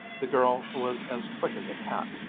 the girl was as quick as a cat,